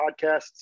podcasts